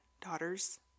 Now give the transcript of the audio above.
daughter's